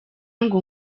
ngo